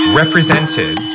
represented